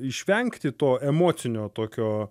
išvengti to emocinio tokio